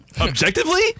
objectively